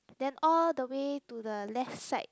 then all the way to the left side